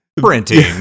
printing